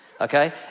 okay